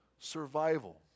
survival